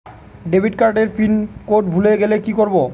Debit card এর pin code ভুলে গেলে কি করব?